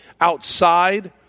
outside